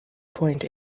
point